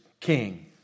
king